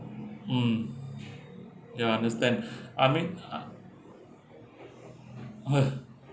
mm ya I understand I mean uh okay